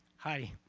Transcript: hi,